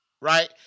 right